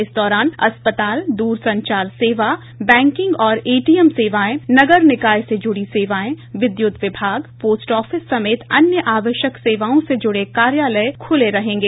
इस दौरान अस्पताल दूरसंचार सेवा बैंकिंग और एटीएम सेवाएं नगर निकाय से जुड़ी सेवाएं विद्युत विभाग पोस्ट ऑफिस समेत अन्य आवश्यक सेवाओं से जुड़े कार्यालय खुले रहेंगे